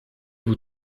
vous